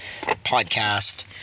podcast